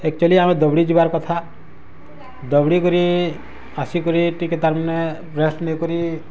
actually ଆମେ ଦୌଡ଼ି ଯିବାର୍ କଥା ଦୌଡ଼ି କରି ଆସି କରି ଟିକେ ତାର୍ ମାନେ ରେଷ୍ଟ ନେଇ କରି